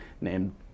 named